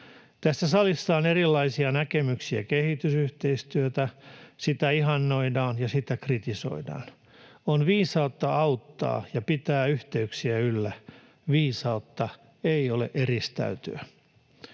Tässä salissa on erilaisia näkemyksiä kehitysyhteistyöstä. Sitä ihannoidaan ja sitä kritisoidaan. On viisautta auttaa ja pitää yhteyksiä yllä. Viisautta ei ole eristäytyä.